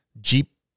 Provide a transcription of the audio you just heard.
Jeep